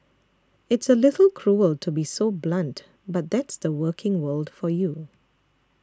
it's a little cruel to be so blunt but that's the working world for you